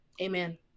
amen